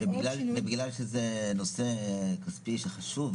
ובגלל שזה נושא כספי שחשוב,